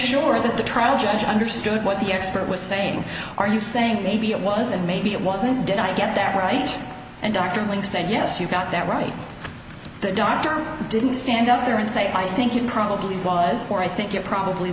sure that the trial judge understood what the expert was saying are you saying maybe it was and maybe it wasn't did i get that right and dr ling said yes you got that right the doctor didn't stand up there and say i think it probably was more i think it probably